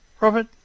Robert